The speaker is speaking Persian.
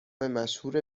مشهور